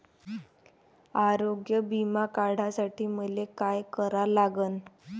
आरोग्य बिमा काढासाठी मले काय करा लागन?